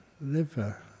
Liver